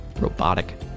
robotic